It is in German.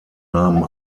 namen